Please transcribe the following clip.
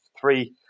three